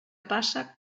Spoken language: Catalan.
passa